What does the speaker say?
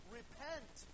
repent